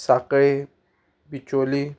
Sanquelim Bicholim